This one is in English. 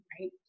right